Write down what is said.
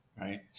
Right